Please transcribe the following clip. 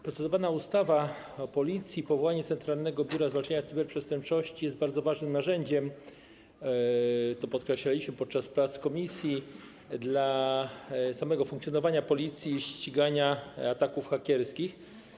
Procedowana ustawa o Policji i powołanie Centralnego Biura Zwalczania Cyberprzestępczości to bardzo ważne narzędzia - podkreślaliśmy to podczas prac komisji - dla samego funkcjonowania Policji i ścigania ataków hakerskich.